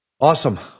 Awesome